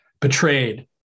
betrayed